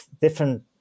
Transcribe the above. different